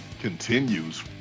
continues